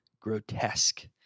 grotesque